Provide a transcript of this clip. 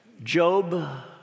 Job